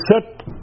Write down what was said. set